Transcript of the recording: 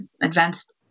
advanced